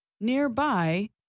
Nearby